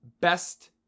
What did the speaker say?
best